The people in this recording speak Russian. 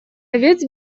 овец